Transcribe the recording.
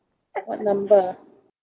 what number